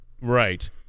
Right